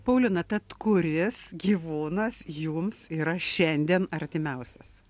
paulina tad kuris gyvūnas jums yra šiandien artimiausias